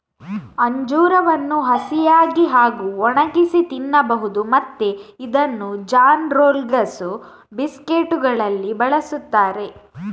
ಅಂಜೂರವನ್ನು ಹಸಿಯಾಗಿ ಹಾಗೂ ಒಣಗಿಸಿ ತಿನ್ನಬಹುದು ಮತ್ತು ಇದನ್ನು ಜಾನ್ ರೋಲ್ಗಳು, ಬಿಸ್ಕೆಟುಗಳಲ್ಲಿ ಬಳಸುತ್ತಾರೆ